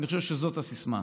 אני חושב שזאת הסיסמה.